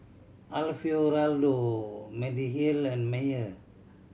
Alfio Raldo Mediheal and Mayer